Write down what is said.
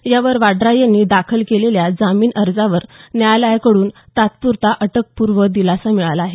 त्यावर वाड्रा यांनी दाखल केलेल्या जामीन अर्जावर न्यायालयाकडून तात्पुरता अटकपूर्व दिलासा मिळाला आहे